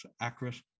accurate